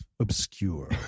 Obscure